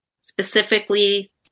specifically